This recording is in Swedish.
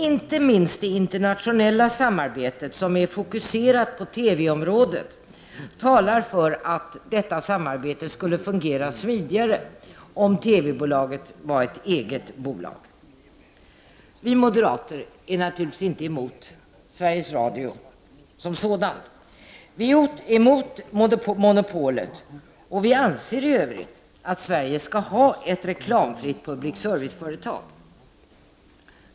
Inte minst det internationella samarbetet som är fokuserat på TV-området skulle fungera smidigare om TV-bolaget var ett eget bolag. Vi moderater är naturligtvis inte emot Sveriges Radio som sådant. Vi är emot monopolet och anser i övrigt att Sverige skall ha ett reklamfritt public service-företag.